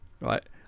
right